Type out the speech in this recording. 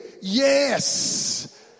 yes